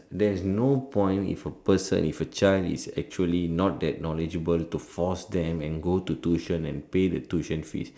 there's no point if a person if a child is actually not that knowledgeable to force them and go to tuition and pay the tuition fees